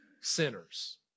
sinners